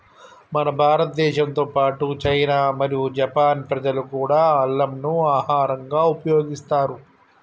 మన భారతదేశంతో పాటు చైనా మరియు జపాన్ ప్రజలు కూడా అల్లంను ఆహరంగా ఉపయోగిస్తారు